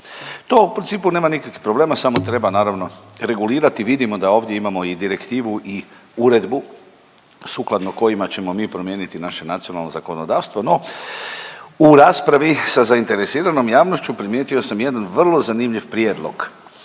To u principu nema nikakvih problema, samo treba, naravno, regulirati, vidimo da ovdje imamo i direktivu i uredbu sukladno kojima ćemo mi promijeniti naše nacionalno zakonodavstvo, no u raspravi sa zainteresiranom javnošću primijetio sam jedan vrlo zanimljiv prijedlog,